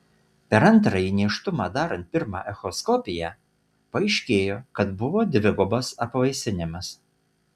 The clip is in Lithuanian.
per antrąjį nėštumą darant pirmą echoskopiją paaiškėjo kad buvo dvigubas apvaisinimas